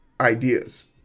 ideas